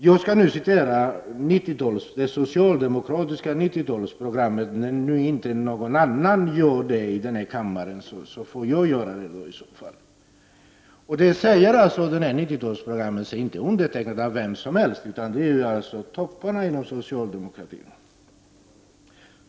Jag skall nu citera det socialdemokratiska 90-talsprogrammet — när ingen annan i kammaren har gjort det får jag göra det. Detta program är inte undertecknat av vem som helst utan av topparna inom socialdemokratin.